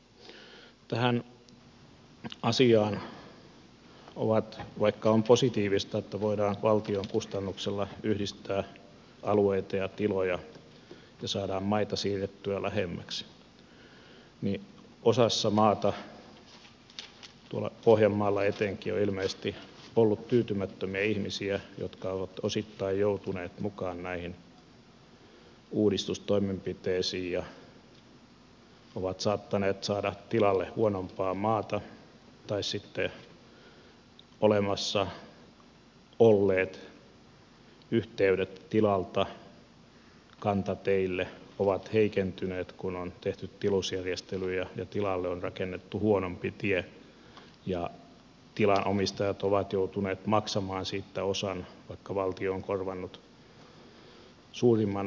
tähän asiaan vaikka on positiivista että voidaan valtion kustannuksella yhdistää alueita ja tiloja ja saadaan maita siirrettyä lähemmäksi on ollut osassa maata tuolla pohjanmaalla etenkin ilmeisesti tyytymättömiä ihmisiä jotka ovat osittain joutuneet mukaan näihin uudistustoimenpiteisiin ja ovat saattaneet saada tilalle huonompaa maata tai sitten olemassa olleet yhteydet tilalta kantateille ovat heikentyneet kun on tehty tilusjärjestelyjä ja tilalle on rakennettu huonompi tie ja tilan omistajat ovat joutuneet maksamaan siitä osan vaikka valtio on korvannut suurimman osan